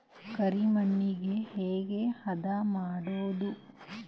ಕರಿ ಮಣ್ಣಗೆ ಹೇಗೆ ಹದಾ ಮಾಡುದು?